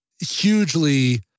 hugely